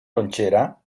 lonchera